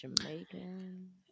Jamaican